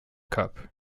cup